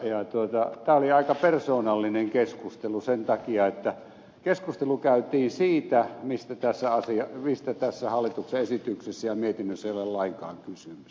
tämä oli aika persoonallinen keskustelu sen takia että keskustelu käytiin siitä mistä tässä hallituksen esityksessä ja mietinnössä ei ole lainkaan kysymys